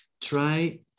try